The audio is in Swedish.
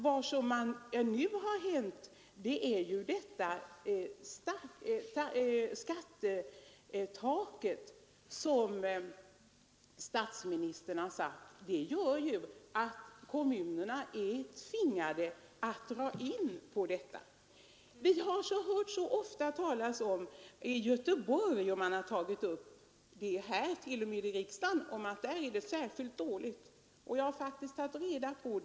Vad som har hänt är ju detta att vi har fått ett skattetak, som statsministern bestämt, och det är det som gör att kommunerna är tvingade att dra in på barnstugeverksamheten. Vi har så ofta hört — det har man framfört t.o.m. här i riksdagen — att i Göteborg är det särskilt dåligt. Jag har tagit reda på hur det förhåller sig.